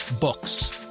Books